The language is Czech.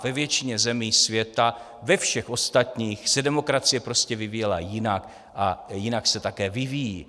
Ve většině zemí světa, ve všech ostatních, se demokracie prostě vyvíjela jinak a jinak se také vyvíjí.